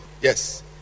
Yes